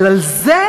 אבל על זה,